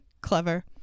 clever